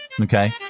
Okay